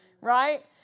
right